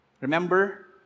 remember